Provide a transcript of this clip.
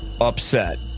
upset